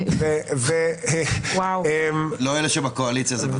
בטוח שלא על ידי אלה שבקואליציה.